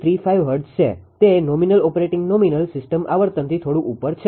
0235 hertz છે તે nominal operating nominal system આવર્તનથી થોડુંક ઉપર છે